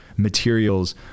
materials